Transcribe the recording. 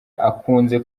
akunze